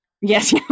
yes